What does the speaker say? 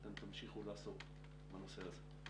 שאתם תמשיכו לעסוק בנושא הזה.